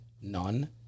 none